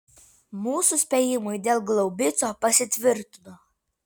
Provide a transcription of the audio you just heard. mūsų spėjimai dėl glaubico pasitvirtino